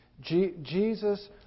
Jesus